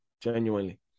Genuinely